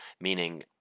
meaning